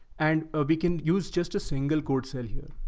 and ah we can use just a single code cell here.